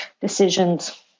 decisions